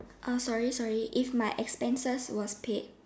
uh sorry sorry if my expenses was paid